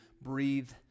breathe